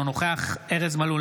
אינו נוכח ארז מלול,